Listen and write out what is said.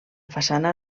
façana